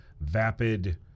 vapid